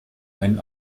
einen